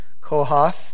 Kohath